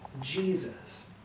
Jesus